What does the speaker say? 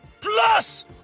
Plus